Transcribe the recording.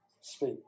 speak